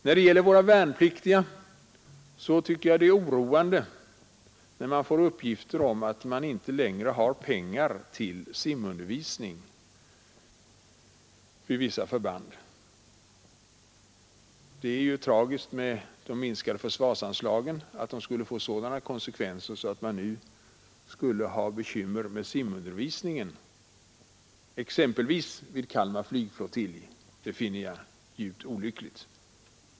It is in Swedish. När det gäller våra värnpliktiga tycker jag det är oroande med uppgifter om att man inte längre har pengar till simundervisning vid vissa förband. Att de minskade försvarsanslagen skulle få sådana konsekvenser att man nu skulle ha bekymmer med simundervisningen, exempelvis vid Kalmar flygflottilj, finner jag djupt olyckligt.